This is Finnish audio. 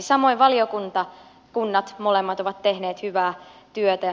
samoin valiokunnat molemmat ovat tehneet hyvää työtä